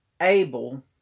able